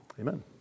amen